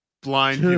blind